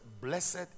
blessed